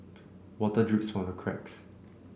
water drips from the cracks